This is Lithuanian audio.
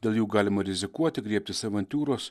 dėl jų galima rizikuoti griebtis avantiūros